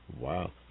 Wow